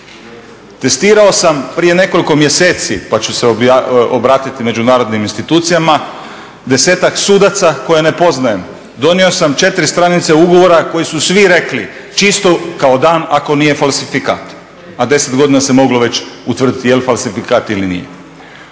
Testirao sam prije nekoliko mjeseci, pa ću se obratiti međunarodnim institucijama, desetak sudaca koje ne poznajem. Donio sam 4 stranice ugovora koji su svi rekli, čisto kao dan, ako nije falsifikat, a 10 godina se moglo već utvrditi je li falsifikat ili nije.